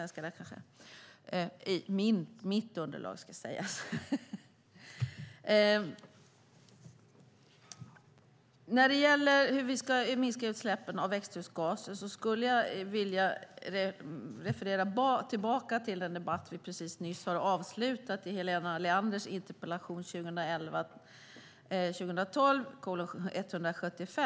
När det gäller hur vi ska minska utsläppen av växthusgaser skulle jag vilja referera tillbaka till den debatt som vi precis nyss har avslutat om Helena Leanders interpellation 2011/12:175.